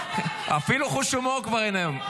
לא, לא --- אפילו חוש הומור כבר אין היום.